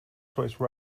choice